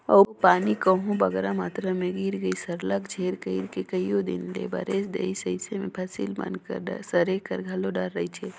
अउ पानी कहांे बगरा मातरा में गिर गइस सरलग झेर कइर के कइयो दिन ले बरेस देहिस अइसे में फसिल मन कर सरे कर घलो डर रहथे